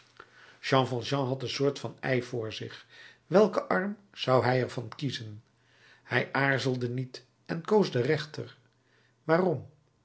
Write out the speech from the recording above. jean valjean had een soort van y voor zich welken arm zou hij er van kiezen hij aarzelde niet en koos den rechter waarom